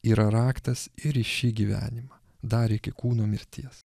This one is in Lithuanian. yra raktas ir į šį gyvenimą dar iki kūno mirties